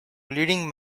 leading